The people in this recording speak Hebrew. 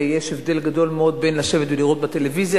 יש הבדל גדול מאוד בין לשבת ולראות בטלוויזיה,